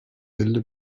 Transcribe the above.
elli